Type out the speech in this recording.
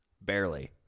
Barely